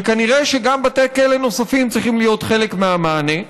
וכנראה בתי כלא נוספים צריכים להיות חלק מהמענה,